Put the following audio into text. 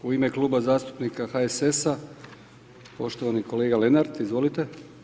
U ime Kluba zastupnika HSS-a, poštovani kolega Lenart, izvolite.